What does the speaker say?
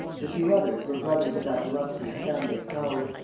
the two others were brothers of that illustrious family of howard,